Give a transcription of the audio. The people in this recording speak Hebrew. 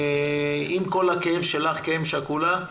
עם כל הכאב שלך כאם שכולה,